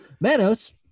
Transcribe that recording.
Manos